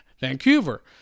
Vancouver